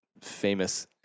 famous